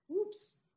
oops